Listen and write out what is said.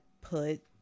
put